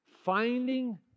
Finding